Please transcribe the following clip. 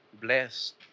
blessed